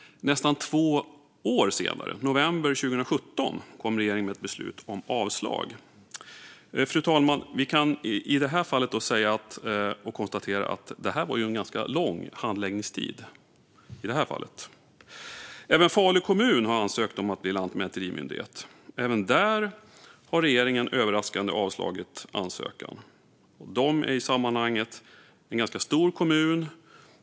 Nästan två år senare, i november 2017, kom regeringen med ett beslut om avslag. Vi kan konstatera, fru talman, att det var en ganska lång handläggningstid. Även Falu kommun har ansökt om att bli lantmäterimyndighet. Även i det fallet har regeringen överraskande avslagit ansökan. Falu kommun är i detta sammanhang en ganska stor kommun.